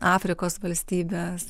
afrikos valstybes